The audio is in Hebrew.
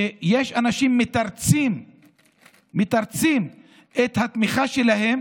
שיש אנשים שמתרצים את התמיכה שלהם